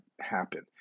happen